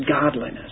godliness